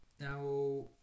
Now